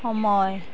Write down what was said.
সময়